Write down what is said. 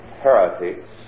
heretics